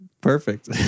perfect